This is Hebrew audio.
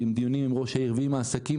עם דיונים עם ראש העיר ועם העסקים,